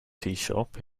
teashop